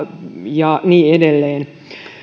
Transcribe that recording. ja niin edelleen